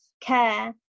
care